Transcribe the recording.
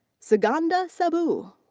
sugandha saboo.